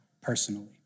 personally